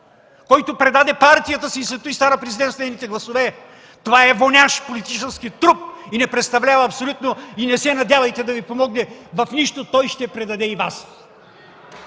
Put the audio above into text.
който предаде партията си и след това стана президент с нейните гласове! Това е вонящ политически труп и не представлява абсолютно, и не се надявайте да Ви помогне в нищо! Той ще предаде и Вас!